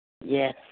Yes